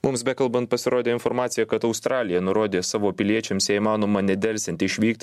mums bekalbant pasirodė informacija kad australija nurodė savo piliečiams jei įmanoma nedelsiant išvykti